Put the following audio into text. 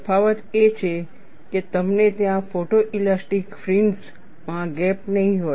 તફાવત એ છે કે તમને ત્યાં ફોટોઈલાસ્ટીક ફ્રિન્જ્સ માં ગેપ નહીં હોય